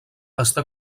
està